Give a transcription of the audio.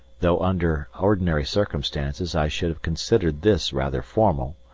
though under ordinary circumstances i should have considered this rather formal,